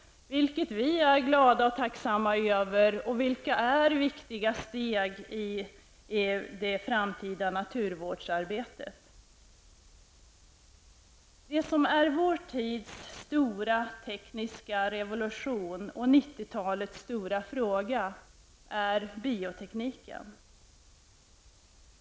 Det är vi glada och tacksamma över. Detta är ett viktigt steg i det framtida naturvårdsarbetet. Det som är vår tids stora tekniska revolution och 90-talets stora fråga är biotekniken.